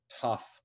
tough